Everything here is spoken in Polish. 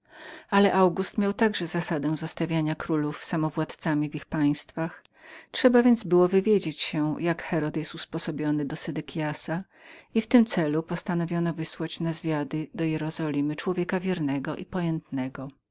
ale august miał także zasadę zostawiania królów samowładcami w ich państwach trzeba więc było wywiedzieć się jak herod był usposobionym dla sedekiasa i w tym celu postanowiono wysłać na zwiady do jerozolimy człowieka wiernego i pojętnego